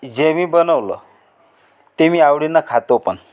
जे मी बनवलं ते मी आवडीने खातो पण